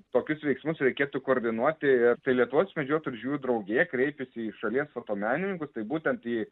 tokius veiksmus reikėtų koordinuoti ir tai lietuvos medžiotojų ir žvejų draugija kreipėsi į šalies fotomenininkus tai būtent į